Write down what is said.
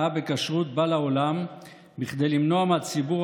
מעולם לא התכוונתם להביא לפיוס לאומי,